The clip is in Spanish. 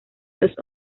los